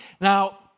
Now